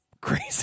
crazy